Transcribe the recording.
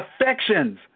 affections